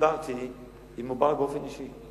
דיברתי עם מובארק באופן אישי,